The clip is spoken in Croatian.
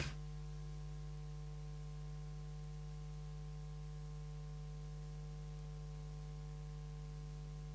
Hvala vam